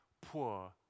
poor